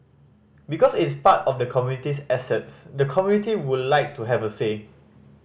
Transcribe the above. because it's part of the community's assets the community would like to have a say